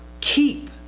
keep